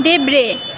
देब्रे